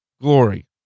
glory